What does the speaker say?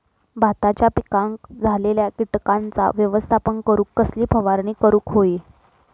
भाताच्या पिकांक झालेल्या किटकांचा व्यवस्थापन करूक कसली फवारणी करूक होई?